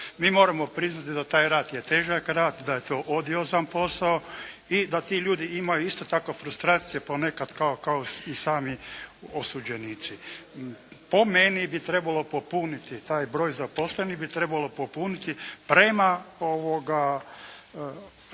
Mi moramo priznati da taj rad je težak rad, da je to odiozan posao i da ti ljudi imaju isto tako frustracija ponekad kao i sami osuđenici. Po meni bi trebalo popuniti, taj broj zaposlenih bi trebalo popuniti prema svemu